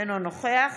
אינו נוכח